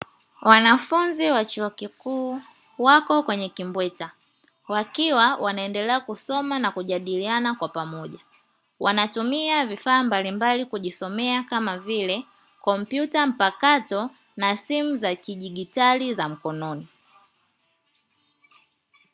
Wanafunzi wa chuo kikuu wako kwenye kimbweta wakiwa wanaendelea kusoma na kujadiliana kwa pamoja, wanatumia vifaa mbalimbali kujisomea kama vile kompyuta mpakato na simu za kijigitali za mkononi.